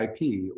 ip